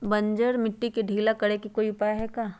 बंजर मिट्टी के ढीला करेके कोई उपाय है का?